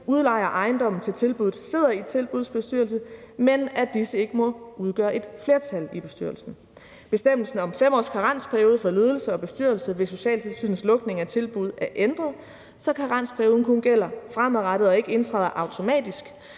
udlejer ejendommen til tilbuddet, sidder i tilbuddets bestyrelse, men at disse ikke må udgøre et flertal i bestyrelsen. Bestemmelsen om 5 års karensperiode for ledelse og bestyrelse ved socialtilsynets lukning af tilbuddet er ændret, så karensperioden kun gælder fremadrettet og ikke indtræder automatisk